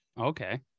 Okay